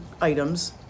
items